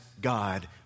God